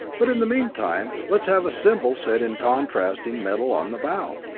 but in the meantime, let's have a symbol set in contrasting metal on the bow.